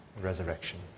resurrection